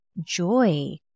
joy